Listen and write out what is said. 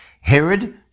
Herod